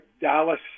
Dallas